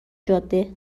جاده